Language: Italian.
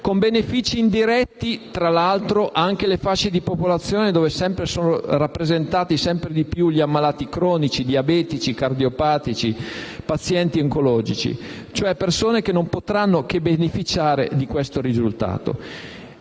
con benefici indiretti per le fasce di popolazione in cui sono rappresentati sempre di più gli ammalati cronici, i diabetici, i cardiopatici, i pazienti oncologici, cioè persone che non potranno che beneficiare di questo risultato.